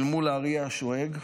אל מול הארי השואג,